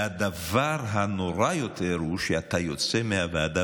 והדבר הנורא יותר הוא שאתה יוצא מהוועדה